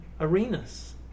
arenas